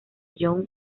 young